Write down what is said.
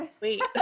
Wait